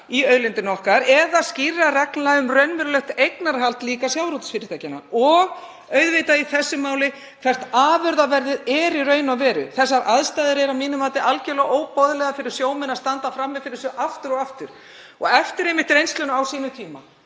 í auðlindinni okkar eða skýrra reglna um raunverulegt eignarhald sjávarútvegsfyrirtækjanna. Og auðvitað í þessu máli hvert afurðaverðið er í raun og veru. Þær aðstæður eru að mínu mati algerlega óboðlegar fyrir sjómenn að standa frammi fyrir þessu aftur og aftur. Eftir reynsluna á sínum tíma